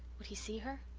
would he see her?